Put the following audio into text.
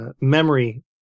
memory